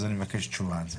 אז אני מבקש תשובה על זה.